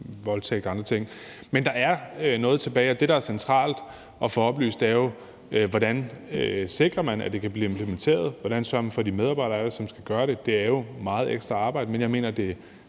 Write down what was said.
voldtægter og andre ting. Men der er noget tilbage, og det, der er centralt at får oplyst, er jo, hvordan man sikrer, at det kan blive implementeret, og hvordan man sørger for at have de medarbejdere, der skal gøre det. Det er jo meget ekstra arbejde, men jeg mener, det